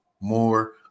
more